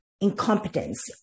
incompetence